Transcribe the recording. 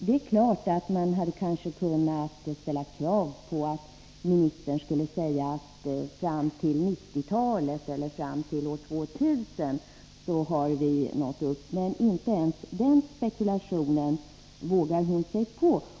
Det är klart att man hade kanske kunnat ställa krav på att ministern skulle säga att fram på 1990-talet eller fram till år 2000 har vi nått upp, men inte ens den spekulationen vågar hon sig på.